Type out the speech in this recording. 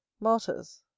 martyrs